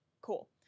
cool